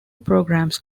programs